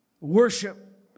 Worship